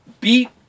beat